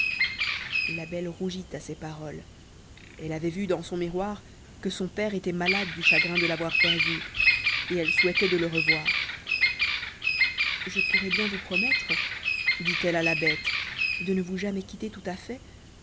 la belle rougit à ces paroles elle avait vu dans son miroir que son père était malade de chagrin de l'avoir perdue et elle souhaitait de le revoir je pourrais bien vous promettre dit-elle à la bête de ne vous jamais quitter tout-à-fait